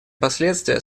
последствия